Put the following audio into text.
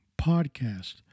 Podcast